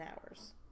hours